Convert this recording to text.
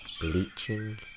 Bleaching